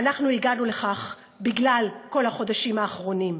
ואנחנו הגענו לכך בגלל כל החודשים האחרונים.